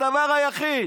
הדבר היחיד,